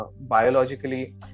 biologically